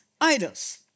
Idols